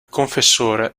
confessore